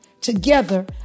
Together